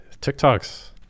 TikTok's